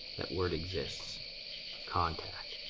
that word exists contact.